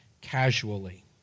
casually